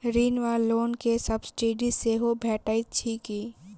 ऋण वा लोन केँ सब्सिडी सेहो भेटइत अछि की?